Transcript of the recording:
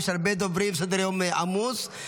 יש הרבה דוברים וסדר-היום עמוס,